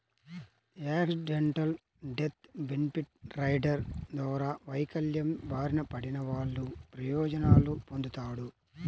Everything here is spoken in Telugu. యాక్సిడెంటల్ డెత్ బెనిఫిట్ రైడర్ ద్వారా వైకల్యం బారిన పడినవాళ్ళు ప్రయోజనాలు పొందుతాడు